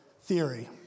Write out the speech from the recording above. theory